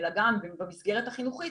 אלא גם במסגרת החינוכית